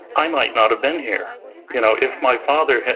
i might not have been here you know if my father,